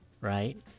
right